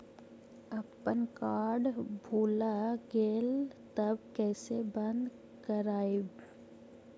अपन कार्ड भुला गेलय तब कैसे बन्द कराइब?